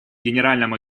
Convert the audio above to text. генеральному